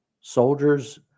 soldiers